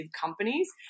companies